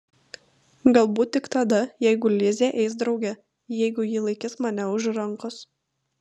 galbūt tik tada jeigu lizė eis drauge jeigu ji laikys mane už rankos